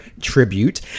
tribute